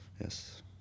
yes